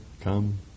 come